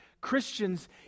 Christians